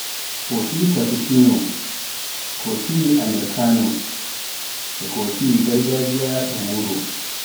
kofi Cappuccino, kofi Americano, e kofi gargajiya ndun wuro.